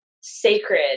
sacred